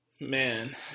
Man